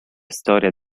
storia